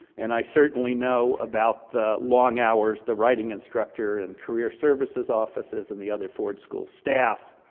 and, i certainly know about the long hours, the writing, and structure, and career services offices, and the other ford school staff,